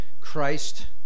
Christ